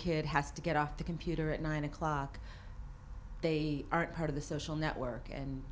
kid has to get off the computer at nine o'clock they aren't part of the social network and